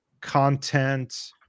content